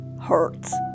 hurts